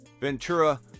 Ventura